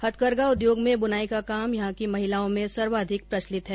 हथकरघा उद्योग में बुनाई का काम यहां की महिलाओं में सर्वाधिक प्रचलित है